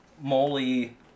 moly